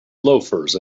loafers